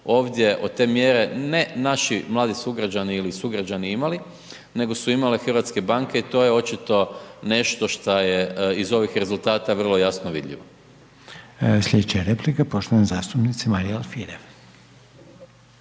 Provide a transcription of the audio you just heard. ovdje od te mjere ne naši mladi sugrađani ili sugrađani imali nego su imale hrvatske banke i to je očito nešto šta je iz ovih rezultata vrlo jasno vidljivo. **Reiner, Željko (HDZ)** Sljedeća replika poštovane zastupnice Marije Alfirev.